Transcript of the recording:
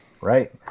Right